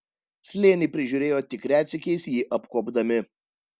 slėnį prižiūrėjo tik retsykiais jį apkuopdami